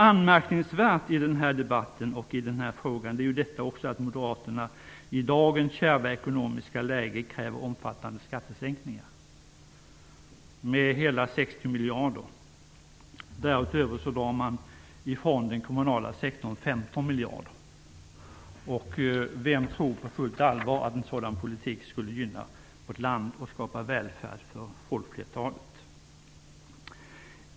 Anmärkningsvärt i den här debatten och i den här frågan är att Moderaterna i dagens kärva ekonomiska läge kräver omfattande skattesänkningar med hela 60 miljarder. Därutöver drar man bort 15 miljarder från den kommunala sektorn. Vem tror på fullt allvar att en sådan politik gynnar vårt land och skapar välfärd för folkflertalet?